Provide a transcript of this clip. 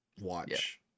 watch